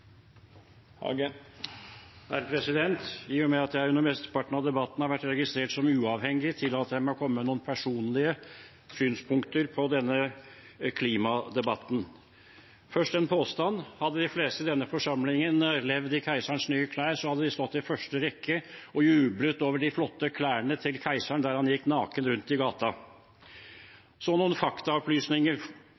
framfor pisk. I og med at jeg under det meste av debatten har vært registrert som uavhengig, tillater jeg meg å komme med noen personlige synspunkter i denne klimadebatten. Først en påstand: Hadde de fleste i denne forsamlingen levd i tiden for «Keiserens nye klær», hadde de stått i første rekke og jublet over de flotte klærne til keiseren der han gikk naken rundt i